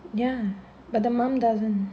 ya but the mum doesn't